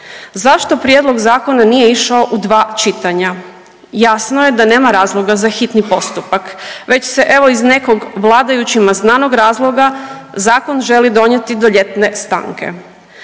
Zašto prijedlog zakona nije išao u dva čitanja? Jasno je da nema razloga za hitni postupak već se evo iz nekog vladajućima znanog razloga zakon želi donijeti do ljetne stanke.